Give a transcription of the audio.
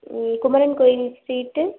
ம் குமரன் கோயில் ஸ்ட்ரீட்டு